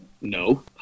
No